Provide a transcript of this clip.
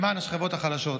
למען השכבות החלשות.